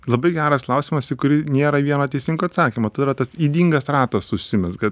labai geras klausimas į kurį niera vieno teisingo atsakymo tai yra tas ydingas ratas užsimezga